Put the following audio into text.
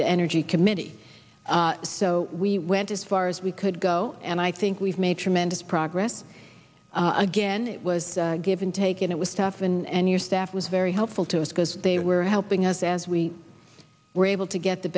the energy committee so we went as far as we could go and i think we've made tremendous progress again it was given take it it was tough and your staff was very helpful to us because they were helping us as we were able to get the